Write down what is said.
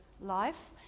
life